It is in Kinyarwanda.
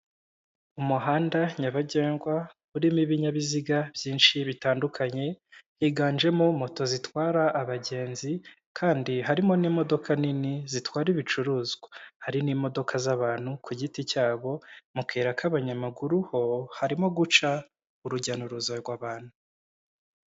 Umuhanda nyabagendwa urimo ibinyabiziga byinshi bitandukanye, higanjemo moto zitwara abagenzi kandi harimo n'imodoka nini zitwara ibicuruzwa, hari n'imodoka z'abantu ku giti cyabo, mu kayira k'abanyamaguru ho harimo guca urujya'uruza rw'abantu.